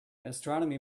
astronomy